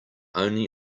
only